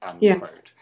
Yes